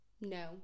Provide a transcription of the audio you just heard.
No